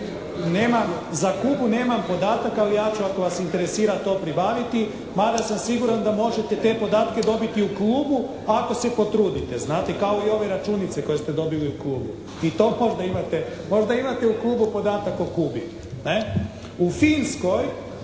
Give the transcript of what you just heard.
za Kubu nemam podataka ali ja ću ako vas interesira to pribaviti. Mada sam siguran da možete te podatke dobiti u klubu ako se potrudite, znate, kao i ove računice koje ste dobili u klubu. I to možda imate, možda imate podatak o Kubi, ne. U Finskoj